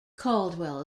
caldwell